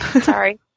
sorry